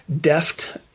deft